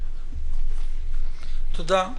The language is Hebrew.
תודה.